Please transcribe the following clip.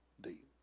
Deep